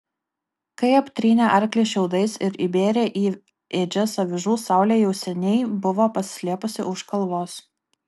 kai aptrynė arklį šiaudais ir įbėrė į ėdžias avižų saulė jau seniai buvo pasislėpusi už kalvos